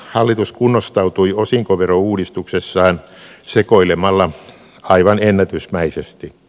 hallitus kunnostautui osinkoverouudistuksessaan sekoilemalla aivan ennätysmäisesti